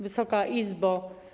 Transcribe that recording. Wysoka Izbo!